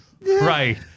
Right